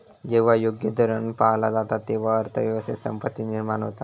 जेव्हा योग्य धोरण पाळला जाता, तेव्हा अर्थ व्यवस्थेत संपत्ती निर्माण होता